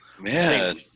man